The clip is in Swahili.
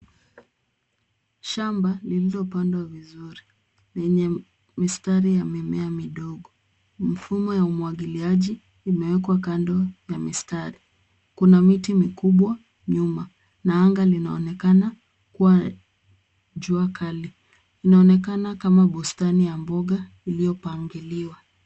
Shamba lililopandwa vizuri, lenye mistari ya mimea midogo. Mfumo ya umwagiliaji imewekwa kando ya mistari. Kuna miti mikubwa nyuma, na anga linaonekana kuwa jua kali. Linaonekana kama bustani ya mboga iliyopangiliwa.